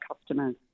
customers